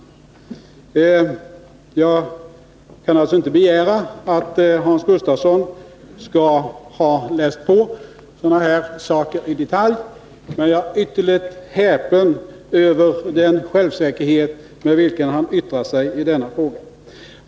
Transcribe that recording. Granskning av Jag kan inte begära att Hans Gustafsson skall ha läst in en sådan här saki = statsrådens tjänstedetalj. Men jag är ytterligt häpen över den självsäkerhet med vilken han utövning m.m. yttrar sig i denna fråga.